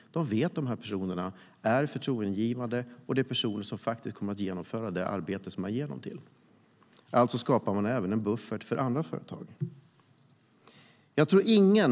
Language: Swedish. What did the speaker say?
De vet att dessa personer är förtroendeingivande och kommer att utföra det arbete man ger dem. Alltså skapar man även en buffert för andra företag. Herr talman!